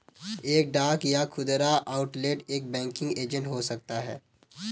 एक डाक या खुदरा आउटलेट एक बैंकिंग एजेंट हो सकता है